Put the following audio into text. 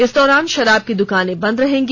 इस दौरान शराब की दुकानें बंद रहेगी